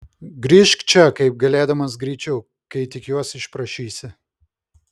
grįžk čia kaip galėdamas greičiau kai tik juos išprašysi